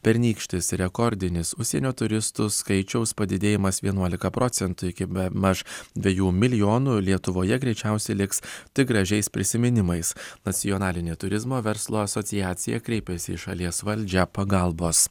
pernykštis ir rekordinis užsienio turistų skaičiaus padidėjimas vienuolika procentų iki bemaž dvejų milijonų lietuvoje greičiausiai liks tik gražiais prisiminimais nacionalinė turizmo verslo asociacija kreipėsi į šalies valdžią pagalbos